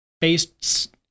based